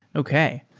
okay.